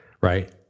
right